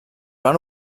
van